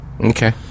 Okay